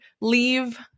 leave